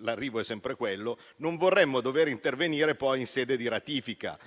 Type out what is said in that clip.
l'arrivo è sempre quello - non vorremmo dover intervenire poi in sede di ratifica